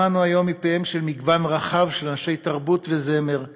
שמענו היום מפיהם של מגוון רחב של אנשי תרבות וזמר,